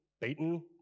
beaten